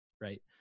right